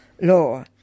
law